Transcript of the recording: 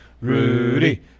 Rudy